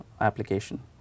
application